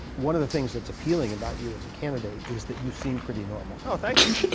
one of the things that's appealing about you as a candidate is that you seem pretty normal. oh, thank you.